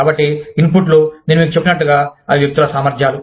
కాబట్టి ఇన్పుట్లు నేను మీకు చెప్పినట్లుగా అవి వ్యక్తుల సామర్థ్యాలు